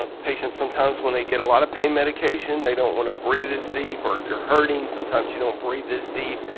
ah patients sometimes, when they get a lot of pain medication, they don't wanna breathe this deep or if you're hurting sometimes you don't breathe this deep,